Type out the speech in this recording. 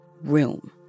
room